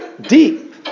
deep